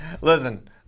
Listen